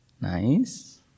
Nice